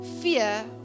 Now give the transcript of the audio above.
Fear